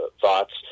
thoughts